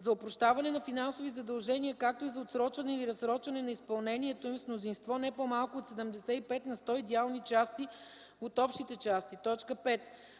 за опрощаване на финансови задължения, както и за отсрочване или разсрочване на изпълнението им – с мнозинство не по-малко от 75 на сто идеални части от общите части; 5.